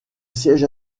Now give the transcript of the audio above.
siège